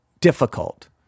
difficult